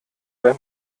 beim